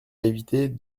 éviter